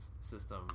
system